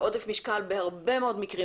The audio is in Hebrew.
ועודף משקל בהרבה מאוד מקרים,